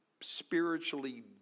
Spiritually